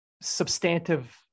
substantive